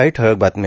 काही ठळक बातम्या